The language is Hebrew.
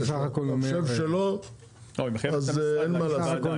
אם אתה חושב שלא אז אין מה לעשות,